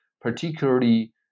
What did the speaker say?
particularly